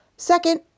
Second